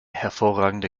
hervorragende